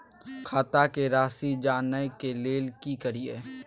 खाता के राशि जानय के लेल की करिए?